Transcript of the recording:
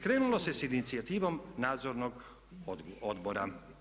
Krenulo se s inicijativom nadzornog odbora.